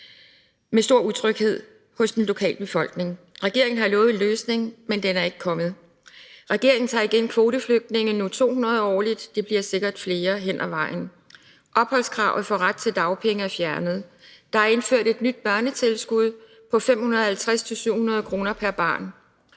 giver stor utryghed hos den lokale befolkning, og regeringen har lovet en løsning, men den er ikke kommet; regeringen tage igen imod kvoteflygtninge, nu 200 årligt, men det bliver sikkert flere hen ad vejen; opholdskravet for ret til dagpenge er fjernet; der er indført et nyt børnetilskud på 550-700 kr. pr. barn.